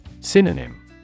Synonym